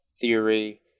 theory